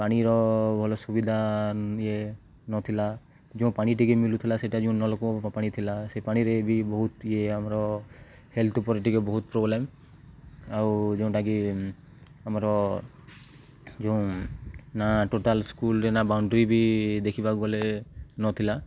ପାଣିର ଭଲ ସୁବିଧା ଇଏ ନଥିଲା ଯେଉଁ ପାଣି ଟିକେ ମିଳୁଥିଲା ସେଇଟା ଯେଉଁ ନଳକୂଅ ପାଣି ଥିଲା ସେ ପାଣିରେ ବି ବହୁତ ଇଏ ଆମର ହେଲ୍ଥ ଉପରେ ଟିକେ ବହୁତ ପ୍ରୋବ୍ଲେମ୍ ଆଉ ଯେଉଁଟାକି ଆମର ଯେଉଁ ନା ଟୋଟାଲ୍ ସ୍କୁଲ୍ରେ ନା ବାଉଣ୍ଡରୀ ବି ଦେଖିବାକୁ ଗଲେ ନଥିଲା